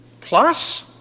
plus